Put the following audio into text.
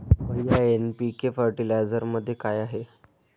भैय्या एन.पी.के फर्टिलायझरमध्ये काय आहे?